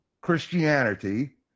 Christianity